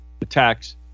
attacks